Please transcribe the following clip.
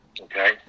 okay